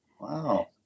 Wow